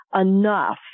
Enough